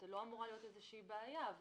לא אמורה להיות איזושהי בעיה.